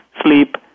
sleep